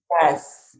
Yes